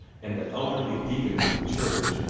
and the elderly deacons of the church,